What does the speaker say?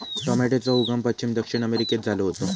टॉमेटोचो उगम पश्चिम दक्षिण अमेरिकेत झालो होतो